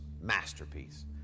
masterpiece